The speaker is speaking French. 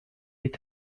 est